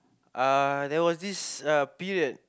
uh there was this uh period